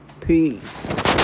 peace